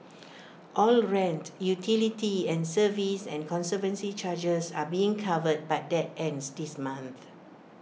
all rent utility and service and conservancy charges are being covered but that ends this month